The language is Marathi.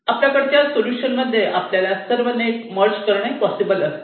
आपल्याकडच्या सोल्युशन मध्ये आपल्याला सर्व नेट मर्ज करणे पॉसिबल असते